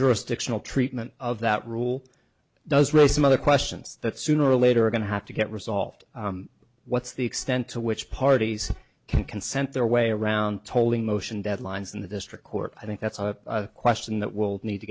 jurisdictional treatment of that rule does raise some other questions that sooner or later are going to have to get resolved what's the extent to which parties can consent their way around tolling motion deadlines in the district court i think that's a question that will need to